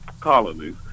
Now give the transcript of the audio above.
colonies